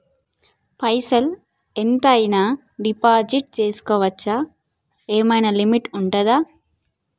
పైసల్ ఎంత అయినా డిపాజిట్ చేస్కోవచ్చా? ఏమైనా లిమిట్ ఉంటదా?